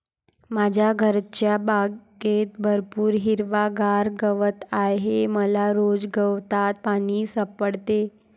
माझ्या घरच्या बागेत भरपूर हिरवागार गवत आहे मला रोज गवतात पाणी सापडते